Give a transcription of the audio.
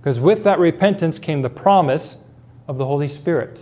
because with that repentance came the promise of the holy spirit